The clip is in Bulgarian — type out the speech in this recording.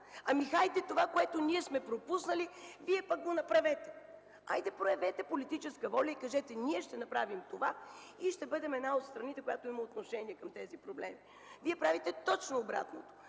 Хайде това, което ние сме пропуснали, Вие пък го направете! Хайде проявете политическа воля и кажете: „Ние ще направим това и ще бъдем една от страните, която има отношение към тези проблеми”. Вие правите точно обратното.